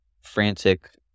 frantic